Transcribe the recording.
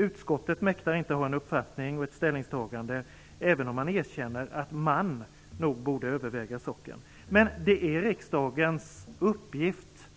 Utskottet mäktar inte ha en uppfattning och ta ställning även om man erkänner att man nog borde överväga saken. Men det är riksdagens uppgift